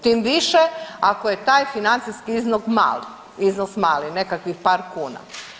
Tim više ako je taj financijski iznos mali, iznos mali nekakvih par kuna.